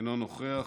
אינו נוכח.